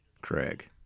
Craig